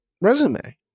resume